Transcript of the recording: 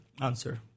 answer